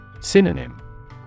Synonym